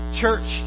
church